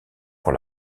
pour